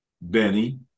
Benny